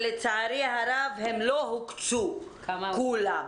לצערי הרב, הם לא הוקצו כולם.